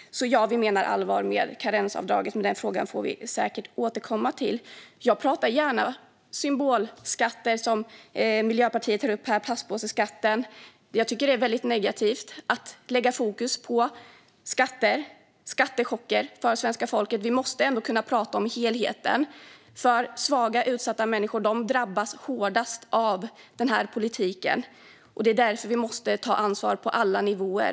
Sverigedemokraterna menar alltså allvar med karensavdraget, men den frågan får vi säkert återkomma till. Jag pratar gärna om symbolskatter, som till exempel plastpåseskatten som Miljöpartiet tog upp här. Jag tycker att det är väldigt negativt att lägga fokus på skatter - skattechocker - för svenska folket. Vi måste ändå kunna prata om helheten, för svaga och utsatta människor drabbas hårdast av den här politiken. Det är därför vi måste ta ansvar på alla nivåer.